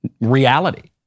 reality